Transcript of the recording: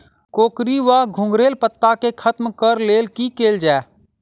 कोकरी वा घुंघरैल पत्ता केँ खत्म कऽर लेल की कैल जाय?